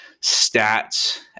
stats